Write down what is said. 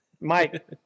Mike